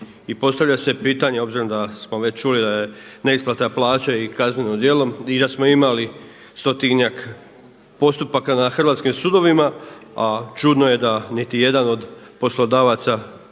I postavlja se pitanje obzirom da smo već čuli da je neisplata plaća i kazneno djelo i da smo imali stotinjak postupaka na hrvatskim sudovima, a čudno je da niti jedan od poslodavaca koji